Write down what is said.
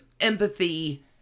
empathy